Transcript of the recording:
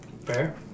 Fair